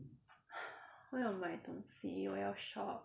我要买东西我要 shop